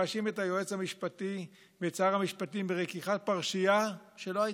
מאשים את היועץ המשפטי ואת שר המשפטים ברקיחת פרשייה שלא הייתה,